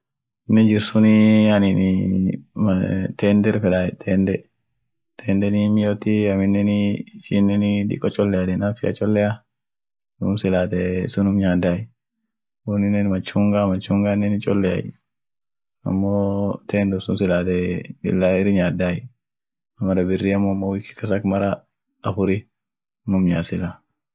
Sagale hinmiisu silaate, damaaf sukaariinen silaate hinmiesuu, won miotu sunii afia choleamu, silaate miasuuyu unum lakisaayu, ishineeni woni itaate dam itaate ama sukari itaate won mimiotu silaate itin diyaadu. won miotun dugubaan dufti, unul lakisaai lachu ishuayu,